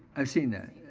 i've seen that.